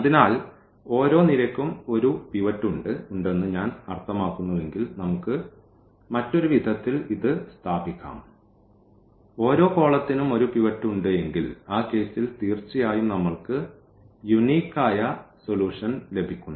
അതിനാൽ ഓരോ നിരയ്ക്കും ഒരു പിവറ്റ് ഉണ്ടെന്ന് ഞാൻ അർത്ഥമാക്കുന്നുവെങ്കിൽ നമുക്ക് മറ്റൊരു വിധത്തിൽ ഇത് സ്ഥാപിക്കാം ഓരോ കോളത്തിനും ഒരു പിവറ്റ് ഉണ്ട് എങ്കിൽ ആ കേസിൽ തീർച്ചയായും നമ്മൾക്ക് യൂനിക്കായ സൊല്യൂഷൻ ലഭിക്കുന്നു